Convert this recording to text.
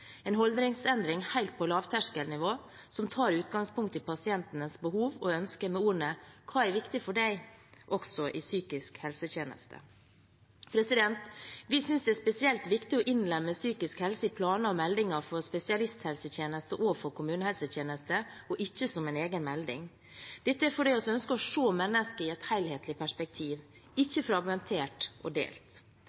en holdningsendring helt på lavterskelnivå som tar utgangspunkt i pasientenes behov og ønsker med ordene: Hva er viktig for deg? – også i psykisk helsetjeneste. Vi synes det er spesielt viktig å innlemme psykisk helse i planer og meldinger for spesialisthelsetjeneste og kommunehelsetjeneste og ikke som en egen melding. Det er fordi vi ønsker å se mennesket i et helhetlig perspektiv,